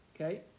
Okay